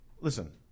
Listen